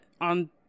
on